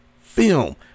film